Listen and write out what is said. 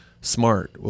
smart